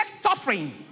suffering